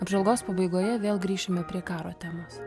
apžvalgos pabaigoje vėl grįšime prie karo temos